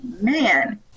man